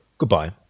Goodbye